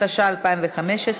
התשע"ה 2015,